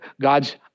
God's